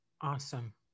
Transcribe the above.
Awesome